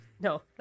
no